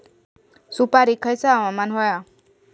सुपरिक खयचा हवामान होया?